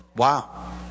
Wow